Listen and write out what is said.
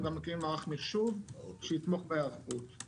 אנחנו גם נקים מערך מיחשוב שיתמוך בהיערכות.